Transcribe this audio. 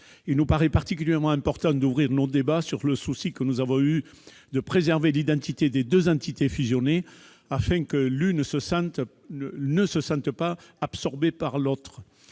Il nous paraît particulièrement important d'ouvrir nos débats en rappelant notre souci de préserver l'identité des deux entités fusionnées, afin que l'une ne se sente pas absorbée par l'autre.